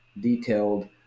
detailed